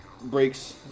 breaks